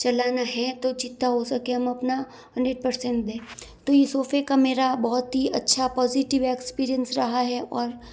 चलाना है तो जितना हो सके हम अपना हंड्रेड परसेंट दें तो ये सोफ़े का मेरा बहुत ही अच्छा पॉजिटिव एक्सपीरियंस रहा है और